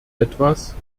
etwas